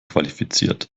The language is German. qualifiziert